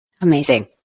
Amazing